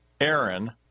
Aaron